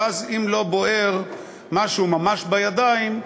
ואז אם לא בוער משהו ממש בידיים,